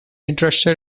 interested